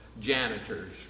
janitors